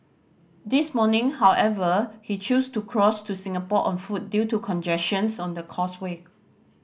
this morning however he choose to cross to Singapore on foot due to congestion on the causeway